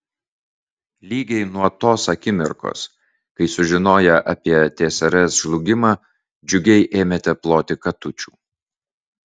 lygiai nuo tos akimirkos kai sužinoję apie tsrs žlugimą džiugiai ėmėte ploti katučių